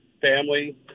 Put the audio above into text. family